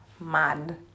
mad